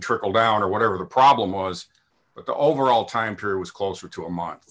trickle down or whatever the problem was but the overall time period was closer to a month